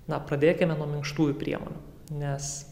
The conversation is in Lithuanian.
na pradėkime nuo minkštųjų priemonių nes